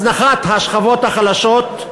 הזנחת השכבות החלשות,